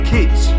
Kids